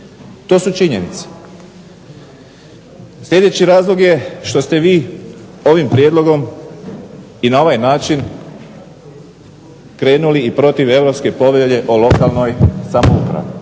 To su činjenice. Sljedeći razlog je što ste vi ovim prijedlogom i na ovaj način krenuli i protiv Europske povelje o lokalnoj samoupravi.